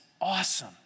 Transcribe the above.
awesome